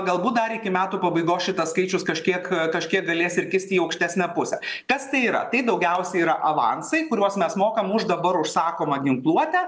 galbūt dar iki metų pabaigos šitas skaičius kažkiek kažkiek galės ir kisti į aukštesnę pusę kas tai yra tai daugiausiai yra avansai kuriuos mes mokam už dabar užsakomą ginkluotę